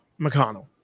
McConnell